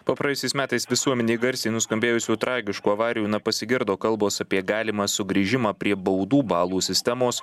po praėjusiais metais visuomenėj garsiai nuskambėjusių tragiškų avarijų na pasigirdo kalbos apie galimą sugrįžimą prie baudų balų sistemos